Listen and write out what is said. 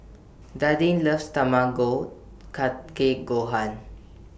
Dallin loves Tamago Kake Gohan